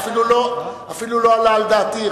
אפילו לא עלה על דעתי,